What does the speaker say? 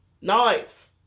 knives